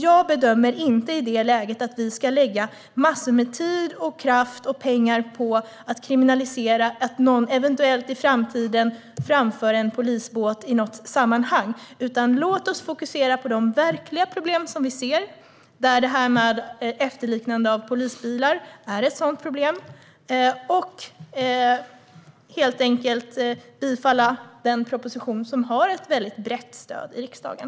Jag bedömer inte att vi i det läget bör lägga massor med tid, kraft och pengar på att kriminalisera att någon eventuellt i framtiden framför en polisbåt i något sammanhang. Låt oss i stället fokusera på de verkliga problem vi ser, som det här med efterliknande av polisbilar, och helt enkelt bifalla denna proposition, som har ett väldigt brett stöd i riksdagen.